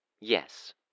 Yes